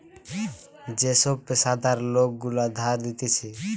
যে সব পেশাদার লোক গুলা ধার দিতেছে